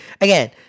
again